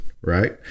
right